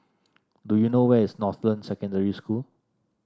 do you know where is Northland Secondary School